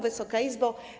Wysoka Izbo!